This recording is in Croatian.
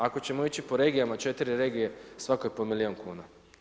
Ako ćemo ići po regijama, četiri regije svakoj po milijun kuna.